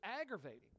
aggravating